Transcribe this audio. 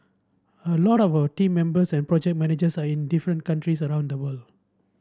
a lot of our team members and project managers are in different countries around the world